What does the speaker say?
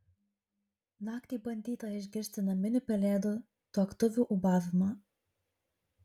naktį bandyta išgirsti naminių pelėdų tuoktuvių ūbavimą